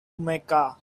mecca